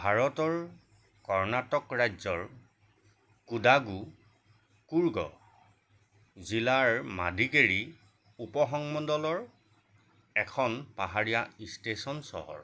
ভাৰতৰ কৰ্ণাটক ৰাজ্যৰ কুডাগো কুৰ্গ জিলাৰ মাদিকেৰি উপসংমণ্ডলৰ এখন পাহাৰীয়া ইষ্টেশ্যন চহৰ